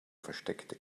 versteckte